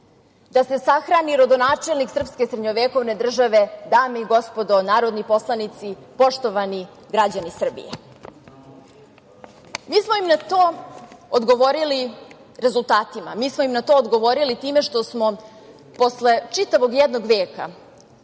Da se sahrani rodonačelnik srpske srednjevekovne države, dame i gospodo narodni poslanici, poštovani građani Srbije. Mi smo im na to odgovorili rezultatima, mi smo im na to odgovori time što smo posle čitavog jednog veka